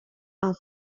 are